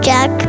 Jack